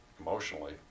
Emotionally